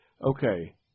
Okay